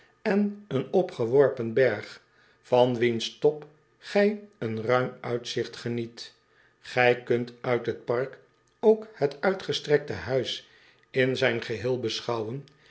en een opgeworpen berg van wiens top gij een ruim uitzigt geniet ij kunt uit het park ook het uitgestrekte huis in zijn geheel beschouwen